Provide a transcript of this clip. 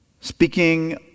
Speaking